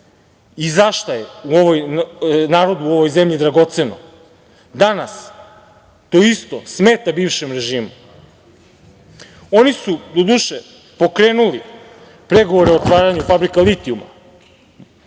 i šta je narodu u ovoj zemlji dragoceno, danas, to isto smeta bivšem režimu. Oni su, doduše pokrenuli pregovore o otvaranju fabrika litijuma,